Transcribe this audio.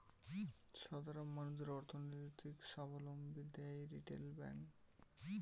সাধারণ মানুষদের অর্থনৈতিক সাবলম্বী দ্যায় রিটেল ব্যাংক